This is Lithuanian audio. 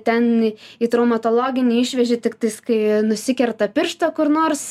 ten į traumatologinį išveži tiktais kai nusikerta pirštą kur nors